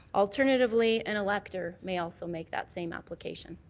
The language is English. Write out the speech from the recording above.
alternatively an elector may also make that same application.